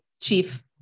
chief